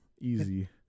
Easy